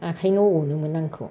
ओंखायनो अनोमोन आंखौ